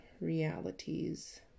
realities